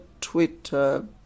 Twitter